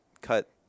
cut